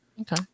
okay